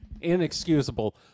inexcusable